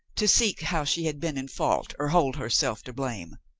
to seek how she had been in fault or hold herself to blame.